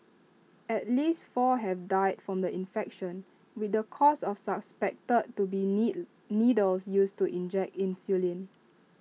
at least four have died from the infection with the cause of suspected to be need needles used to inject insulin